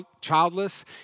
childless